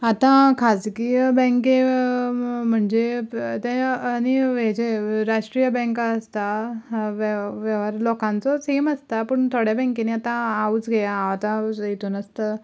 आतां खाजगीय बँके म्हणजे तें आनी हेजें राष्ट्रीय बँका आसता वे वेव्हार लोकांचो सेम आसता पूण थोडे बँकेनी आतां हांवूच घेया हांव आतां हितून आसता